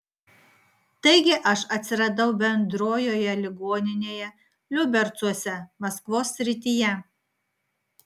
taigi aš atsiradau bendrojoje ligoninėje liubercuose maskvos srityje